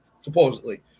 Supposedly